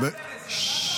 בחייאת ארז, ידעת?